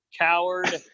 coward